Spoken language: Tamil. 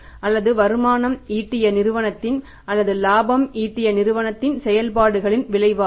அல்லது வருமானம் ஈட்டிய நிறுவனத்தின் அல்லது இலாபம் ஈட்டிய நிறுவனத்தின் செயல்பாடுகளின் விளைவாகும்